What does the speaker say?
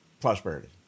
prosperity